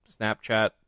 Snapchat